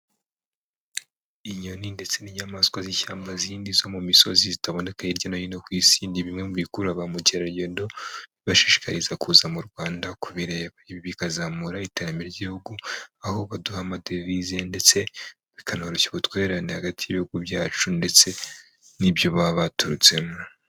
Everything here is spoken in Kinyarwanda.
Inyoni ndetse n'inyamaswa z'ishyamba zindi zo mu misozi zitaboneka hirya no hino ku isi, ni bimwe mu bikurura ba mukerarugendo bibashishikariza kuza mu Rwanda kubireba, ibi bikazamura iterambere ry'igihugu, aho baduha amadevize ndetse bikanoroshya ubutwererane hagati y'ibihugu byacu ndetse n'ibyo baba baturutsemo.